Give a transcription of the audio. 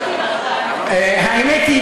האמת היא,